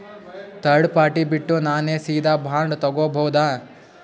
Third party ಬಿಟ್ಟು ನಾನೇ ಸೀದಾ ಬಾಂಡ್ ತೋಗೊಭೌದಾ?